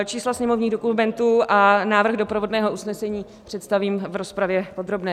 Čísla sněmovních dokumentů a návrh doprovodného usnesení představím v rozpravě podrobné.